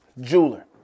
jeweler